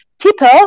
people